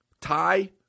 tie